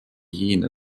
hiina